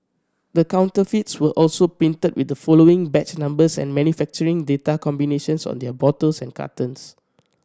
the counterfeits were also printed with the following batch numbers and manufacturing date combinations on their bottles and cartons